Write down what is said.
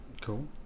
cool